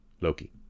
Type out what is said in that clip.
Loki